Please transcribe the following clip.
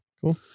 cool